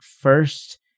first